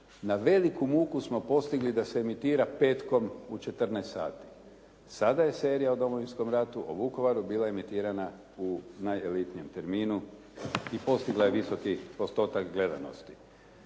Na veliku muku smo postigli da se emitira petkom u 14 sati. Sada je serija o Domovinskom ratu, o Vukovaru bila emitirana u najelitnijem terminu i postigla je visoki postotak gledanosti.